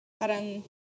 parang